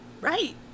Right